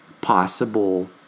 possible